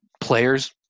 players